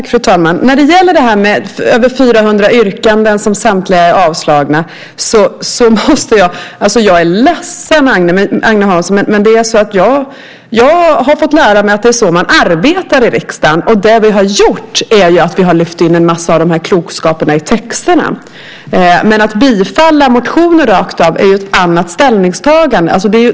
Fru talman! När det gäller dessa över 400 yrkanden som samtliga avstyrks är jag ledsen, Agne Hansson, men jag har fått lära mig att det är så man arbetar i riksdagen. Det vi har gjort är att vi har lyft in massor av klokskaperna i dem in i texten. Men att yrka bifall till motioner rakt av är ett annat ställningstagande.